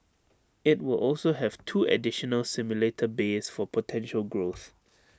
IT will also have two additional simulator bays for potential growth